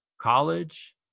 college